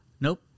nope